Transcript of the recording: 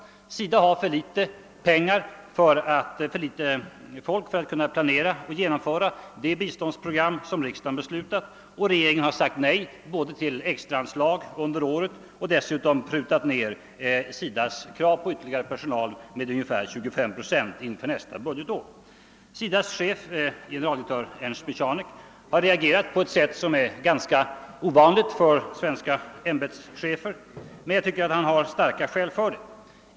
SIDA har för litet pengar och för litet folk för att kunna planera och genomföra det biståndsprogram som riksdagen beslutat, och regeringen har sagt nej till extraanslag under året och dessutom prutat ned SIDA:s krav på ytterligare personal med ungefär 25 procent inför nästa budgetår. SIDA:s chef, generaldirektör Ernst Michanek, har reagerat på ett sätt som är ganska ovanligt för svenska ämbetschefer, men jag tycker att han har starka skäl för detta.